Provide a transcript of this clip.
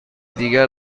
دیگر